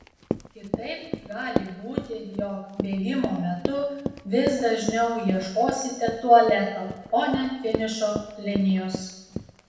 kitaip gali būti jog bėgimo metu vis dažniau ieškosite tualeto o ne finišo linijos